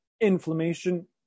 inflammation